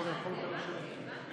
של חבר הכנסת יצחק